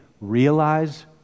realize